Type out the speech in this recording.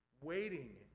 Waiting